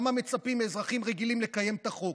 למה מצפים מאזרחים רגילים לקיים את החוק?